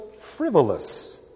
frivolous